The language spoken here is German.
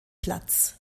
platz